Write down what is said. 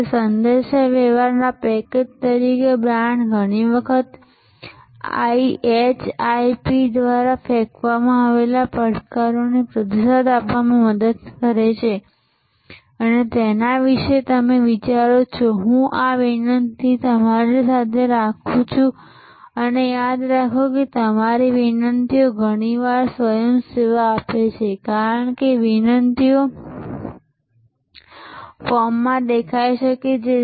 તેથી સંદેશાવ્યવહારના પેકેજ તરીકે બ્રાન્ડ ઘણી વખત અમને IHIP દ્વારા ફેંકવામાં આવેલા પડકારોનો પ્રતિસાદ આપવામાં મદદ કરે છે અને તમે તેના વિશે વિચારો છો હું આ વિનંતી તમારી સાથે રાખું છું અને યાદ રાખો કે મારી વિનંતીઓ ઘણીવાર સ્વયં સેવા આપે છે કારણ કે આ વિનંતીઓ ફોર્મમાં દેખાઈ શકે છે